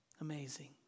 Amazing